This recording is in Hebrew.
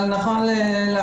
אבל זה נכון לעכשיו,